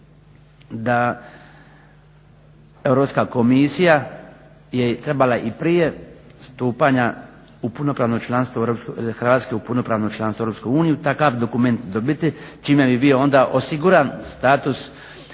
da Europska komisija je trebala i prije stupanja u punopravno članstvo Hrvatske u punopravno članstvo u Europsku uniju takav dokument dobiti čime bi bio onda osigurana status